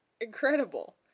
Incredible